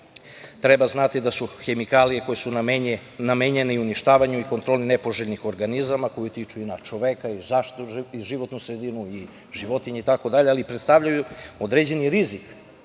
treba znati da su hemikalije koje su namenjene uništavanju i kontroli nepoželjnih organizama, koji utiču i na čoveka, životnu sredinu, životinje itd. predstavljaju određeni rizik